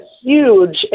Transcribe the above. huge